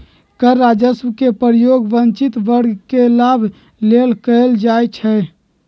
कर राजस्व के प्रयोग वंचित वर्ग के लाभ लेल कएल जाइ छइ